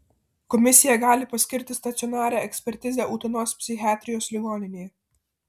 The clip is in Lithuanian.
komisija gali paskirti stacionarią ekspertizę utenos psichiatrijos ligoninėje